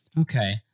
okay